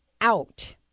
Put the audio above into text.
out